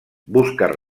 buscar